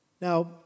Now